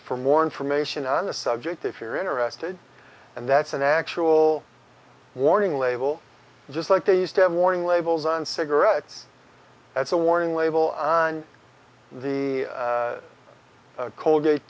for more information on the subject if you're interested and that's an actual warning label just like they used to have warning labels on cigarettes as a warning label on the colgate